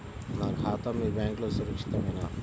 నా ఖాతా మీ బ్యాంక్లో సురక్షితమేనా?